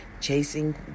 chasing